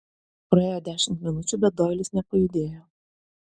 praėjo dešimt minučių bet doilis nepajudėjo